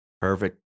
Perfect